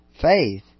faith